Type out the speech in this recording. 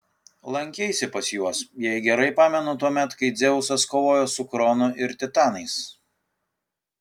lankeisi pas juos jei gerai pamenu tuomet kai dzeusas kovojo su kronu ir titanais